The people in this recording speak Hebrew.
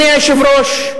לכן, אדוני היושב-ראש,